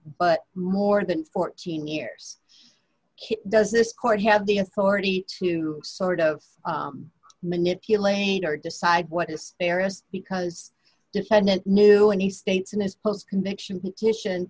but more than fourteen years does this court have the authority to sort of manipulate or decide what is areas because defendant knew and he states in his post conviction titian